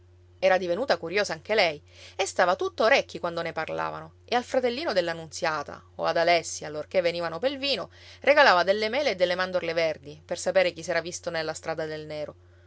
era divenuta curiosa anche lei e stava tutta orecchi quando ne parlavano e al fratellino della nunziata o ad alessi allorché venivano pel vino regalava delle mele e delle mandorle verdi per sapere chi s'era visto nella strada del nero